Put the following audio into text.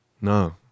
No